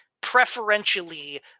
preferentially